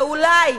ואולי,